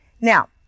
now